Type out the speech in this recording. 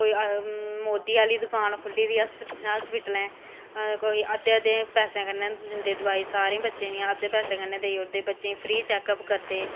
कोई मोदी आह्ली दकान खुल्ली दी ऐ हास्पिटलें कोई अद्धे अद्धे पैसें कन्न्ने दिंदे दवाई सारे बच्चें दियां अद्दे पैसें कन्ने देई उड़दे बच्चें गी फ्री चेकअप करदे